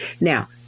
Now